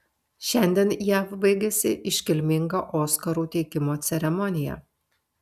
šiandien jav baigėsi iškilminga oskarų teikimo ceremonija